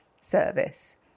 service